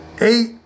Eight